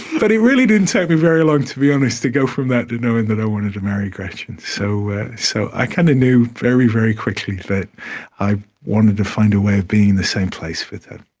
but it really didn't take me very long, to be honest, to go from that to knowing that i wanted to marry gretchen. so so i kind of knew very, very quickly that i wanted to find a way of being in the same place with her.